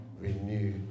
renew